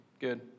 Good